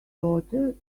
daughter